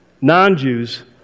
non-Jews